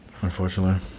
unfortunately